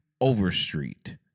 Overstreet